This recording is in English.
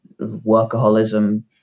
workaholism